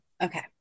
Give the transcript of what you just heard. Okay